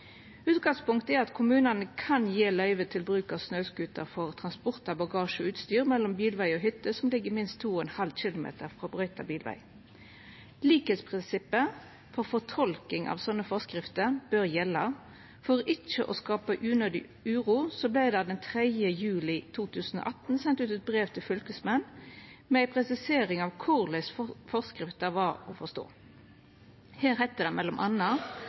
Utgangspunktet er at kommunane kan gje løyve til bruk av snøscooter for transport av bagasje og utstyr mellom bilveg og hytte som ligg minst 2,5 km frå brøyta bilveg. Likskapsprinsippet for fortolking av slike forskrifter bør gjelda. For ikkje å skapa unødig uro vart det 3. juli 2018 sendt ut eit brev til fylkesmennene med ei presisering av korleis forskrifta er å forstå. Her heiter det